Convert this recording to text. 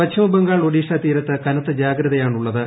പശ്ചിമബംഗാൾ ഒഡീഷാതീരത്ത് കനത്ത ജാഗ്രയാണ് ഉള്ളത്